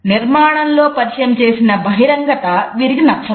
నిర్మాణంలో పరిచయం చేసిన బహిరంగత వారికి నచ్చదు